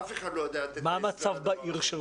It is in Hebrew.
אף אחד לא יודע לתת הסבר לדבר הזה.